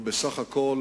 ובסך הכול